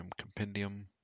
compendium